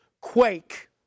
quake